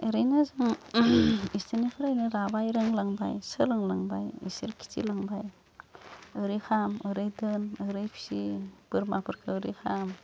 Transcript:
ओरैनो जों इसोरनिफ्रायनो लाबाय रोंलांबाय सोलोंलांबाय इसोर खिथिलांबाय ओरै खालाम ओरै दोन ओरै फिसि बोरमाफोरखो ओरै खाम